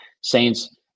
Saints